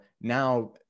now